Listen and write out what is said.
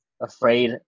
afraid